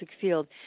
field